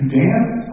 dance